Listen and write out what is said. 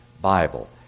Bible